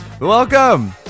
Welcome